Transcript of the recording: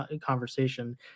conversation